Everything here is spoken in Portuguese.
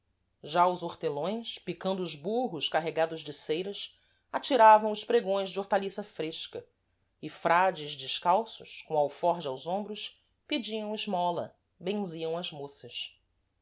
já os hortelões picando os burros carregados de ceiras atiravam os pregões de hortaliça fresca e frades descalços com o alforge aos ombros pediam esmola benziam as moças